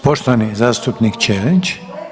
Poštovani zastupnik Ćelić.